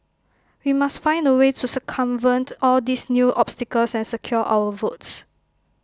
we must find A way to circumvent all these new obstacles and secure our votes